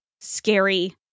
scary